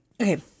okay